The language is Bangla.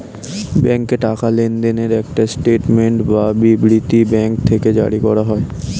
ব্যাংকে টাকা লেনদেনের একটা স্টেটমেন্ট বা বিবৃতি ব্যাঙ্ক থেকে জারি করা হয়